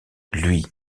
lui